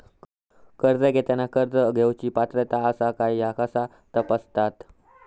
कर्ज घेताना कर्ज घेवची पात्रता आसा काय ह्या कसा तपासतात?